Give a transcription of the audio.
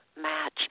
match